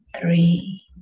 three